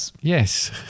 Yes